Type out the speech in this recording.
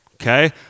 Okay